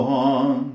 on